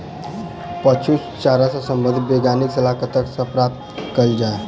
पशु चारा सऽ संबंधित वैज्ञानिक सलाह कतह सऽ प्राप्त कैल जाय?